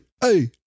hey